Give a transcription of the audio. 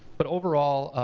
but overall,